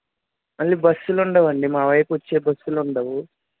మళ్ళీ బస్సులుండవండి మా వైపు వచ్చే బస్సులుండవు